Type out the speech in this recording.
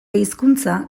hizkuntza